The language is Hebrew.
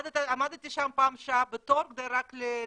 עמדתי שם פעם שעה בתור כדי רק להיכנס.